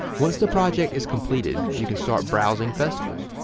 once the project is completed you can start browsing festivals.